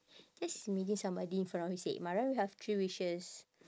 just imagine somebody in front of you said mariam you have three wishes